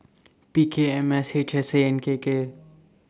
P K M S H S A and K K